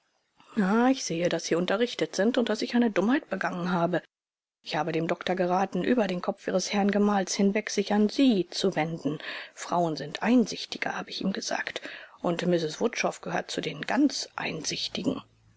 ah ich sehe daß sie unterrichtet sind und daß ich eine dummheit begangen habe ich habe dem doktor geraten über den kopf ihres herrn gemahls hinweg sich an sie zu wenden frauen sind einsichtiger habe ich ihm gesagt und mrs wutschow gehört zu den ganz einsichtigen